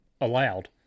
allowed